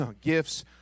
gifts